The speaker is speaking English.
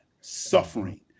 suffering